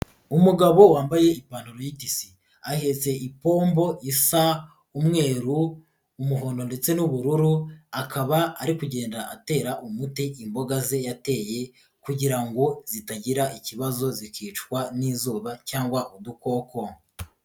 Umugabo wambaye ipantaro y'itisi. Ahetse ipombo isa umweru, umuhondo ndetse n'ubururu, akaba ari kugenda atera umuti imboga ze yateye kugira ngo zitagira ikibazo zikicwa n'izuba cyangwa udukoko.